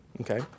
Okay